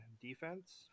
defense